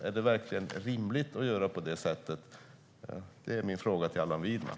Är det verkligen rimligt att göra på det sättet? Det är min fråga till Allan Widman.